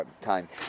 time